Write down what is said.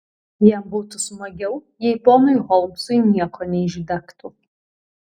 jam būtų smagiau jei ponui holmsui nieko neišdegtų